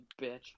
bitch